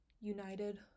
United